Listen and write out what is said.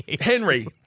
Henry